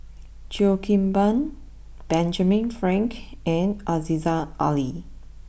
Cheo Kim Ban Benjamin Frank and Aziza Ali